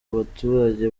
baturage